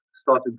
started